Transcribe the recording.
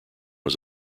was